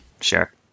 Sure